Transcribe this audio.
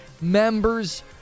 members